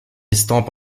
estampe